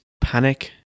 Panic